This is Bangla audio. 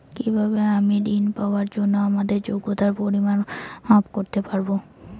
কিভাবে আমি ঋন পাওয়ার জন্য আমার যোগ্যতার পরিমাপ করতে পারব?